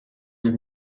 iyo